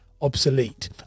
Obsolete